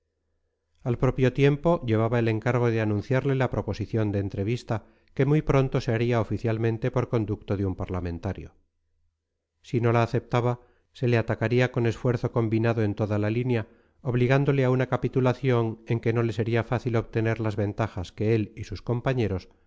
al propio tiempo llevaba el encargo de anunciarle la proposición de entrevista que muy pronto se haría oficialmente por conducto de un parlamentario si no la aceptaba se le atacaría con esfuerzo combinado en toda la línea obligándole a una capitulación en que no le sería fácil obtener las ventajas que él y sus compañeros